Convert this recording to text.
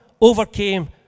overcame